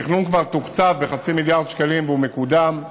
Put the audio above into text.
התכנון כבר תוקצב בחצי מיליארד שקלים והוא מקודם.